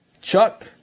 Chuck